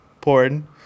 porn